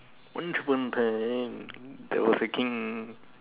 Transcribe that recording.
once upon a time there was a king